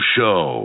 Show